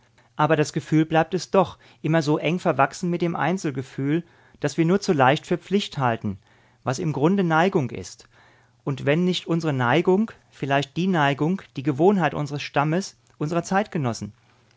aber als gefühl bleibt es doch immer so eng verwachsen mit dem einzelgefühl daß wir nur zu leicht für pflicht halten was im grunde neigung ist und wenn nicht unsre neigung vielleicht die neigung die gewohnheit unsres stammes unsrer zeitgenossen